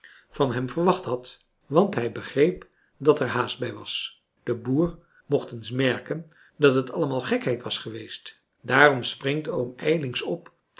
van hem verwacht hadt want hij begreep dat er haast bij was de boer mocht eens merken dat het allemaal gekheid was geweest daarom springt oom ijlings op